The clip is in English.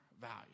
value